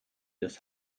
des